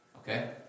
Okay